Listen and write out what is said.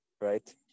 right